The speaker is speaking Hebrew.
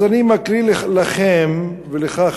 אז אני מקריא לכם ולך,